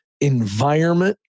environment